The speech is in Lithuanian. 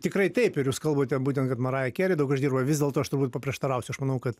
tikrai taip ir jūs kalbate būtent kad maraja keri daug uždirba vis dėlto aš turbūt paprieštarausiu aš manau kad